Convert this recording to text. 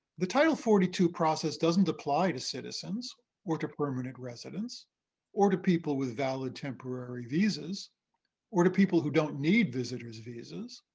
the title forty two process doesn't apply to citizens or to permanent residents or to people with valid temporary visas or to people who don't need visitors' visas.